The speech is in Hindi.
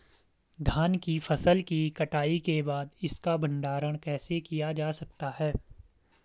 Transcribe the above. धान की फसल की कटाई के बाद इसका भंडारण कैसे किया जा सकता है?